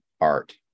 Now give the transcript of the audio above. art